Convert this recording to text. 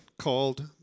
called